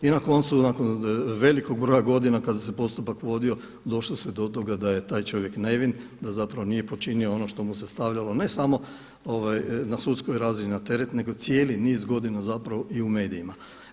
I na koncu nakon velikog broja godina kada se postupak vodilo došlo se do toga da je taj čovjek nevin, da zapravo nije počinio ono što mu se stavljano ne samo na sudskoj razini na teret nego cijeli niz godina zapravo i u medijima.